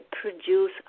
produce